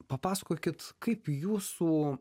papasakokit kaip jūsų